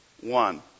One